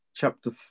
chapter